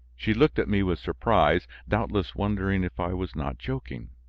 she looked at me with surprise, doubtless wondering if i was not joking.